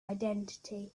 identity